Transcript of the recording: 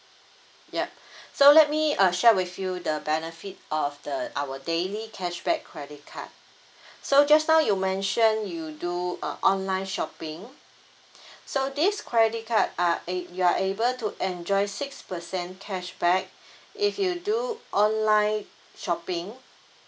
yup so let me uh share with you the benefit of the our daily cashback credit card so just now you mention you do uh online shopping so this credit card uh it you are able to enjoy is six percent cashback if you do online shopping